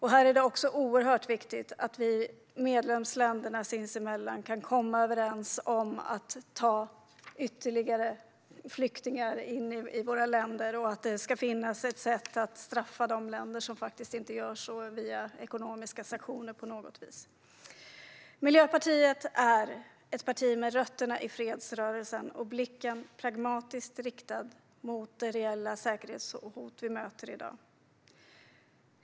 Här är det också oerhört viktigt att vi, medlemsländerna emellan, kan komma överens om att ta in ytterligare flyktingar i våra länder och att det ska finnas ett sätt att via ekonomiska sanktioner på något sätt straffa de länder som inte gör så. Miljöpartiet är ett parti med rötterna i fredsrörelsen och blicken pragmatiskt riktad mot det reella säkerhetshot vi möter i dag.